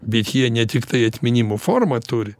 bet jie ne tiktai atminimų formą turi